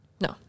No